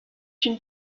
une